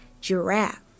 giraffe